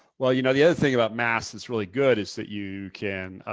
well, you know the other thing about masks that's really good is that you can